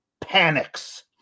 panics